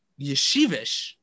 yeshivish